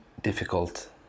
difficult